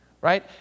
right